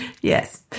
Yes